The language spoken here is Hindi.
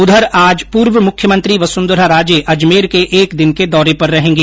उधर आज पूर्व मुख्यमंत्री वसुंधरा राजे अजमेर के एक दिन के दौरे पर रहेगी